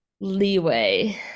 leeway